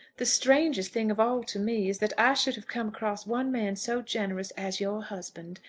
the strangest thing of all to me is that i should have come across one man so generous as your husband,